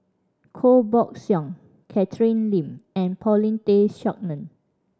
Koh Buck Song Catherine Lim and Paulin Tay Straughan